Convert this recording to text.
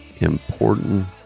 important